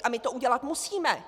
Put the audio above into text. A my to udělat musíme.